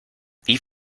wie